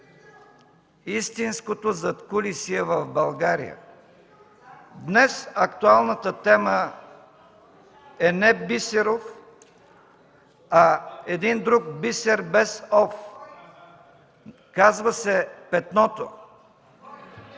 истинското задкулисие в България. Днес актуалната тема е не Бисеров, а един друг бисер без „ов” – казва се Петното.